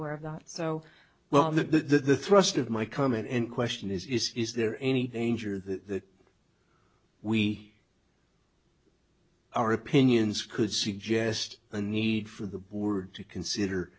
aware of that so well the thrust of my comment and question is is there any danger that we our opinions could suggest a need for the board to consider